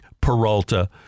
Peralta